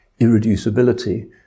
irreducibility